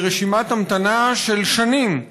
ברשימת המתנה של שנים,